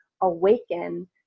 awaken